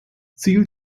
ziel